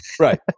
Right